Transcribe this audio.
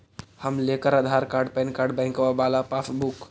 हम लेकर Aadhaar card PAN card बैंकवा वाला पासबुक?